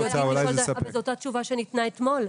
אבל זו אותה תשובה שניתנה אתמול.